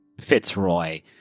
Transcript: Fitzroy